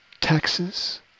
Taxes